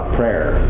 prayer